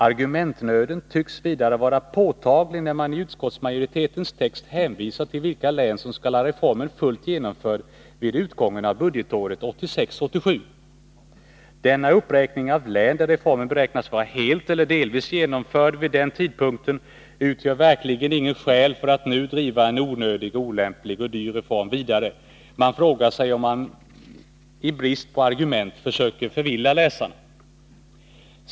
Argumentnöden tycks vidare vara påtaglig när man i utskottsmajoritetens text hänvisar till vilka län som skall ha reformen fullt genomförd vid utgången av budgetåret 1986/87. Denna uppräkning av län, där reformen beräknas vara helt eller delvis genomförd vid den tidpunkten, utgör verkligen inget skäl för att nu driva en onödig, olämplig och dyr reform vidare. Man frågar sig om utskottsmajoriteten i brist på argument försöker förvilla läsaren.